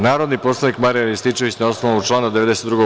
Narodni poslanik Marijan Rističević, na osnovu člana 92.